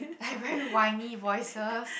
like very whinny voices